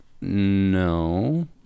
No